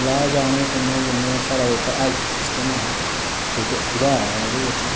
इलाज आने कन्नै कन्नै साढा जेह्का हैल्थ सिस्टम हा सू सुधार आया ओह्दे बिच